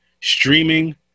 Streaming